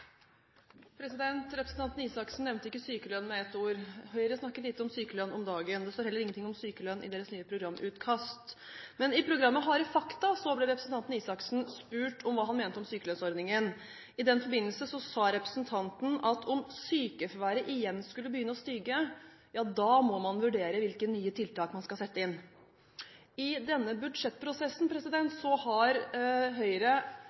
står heller ingenting om sykelønn i deres nye programutkast. Men i programmet «Harde fakta» ble representanten Røe Isaksen spurt hva han mente om sykelønnsordningen. I den forbindelse sa representanten at om sykefraværet igjen skulle begynne å stige, måtte man vurdere hvilke nye tiltak man skulle sette inn. I budsjettprosessen har Høyre